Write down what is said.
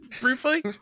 briefly